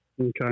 Okay